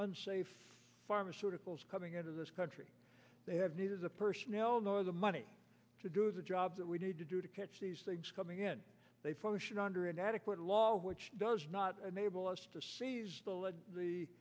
unsafe pharmaceuticals coming into this country they have neither the personnel nor the money to do the job that we need to do to catch these things coming in they function under inadequate law which does not enable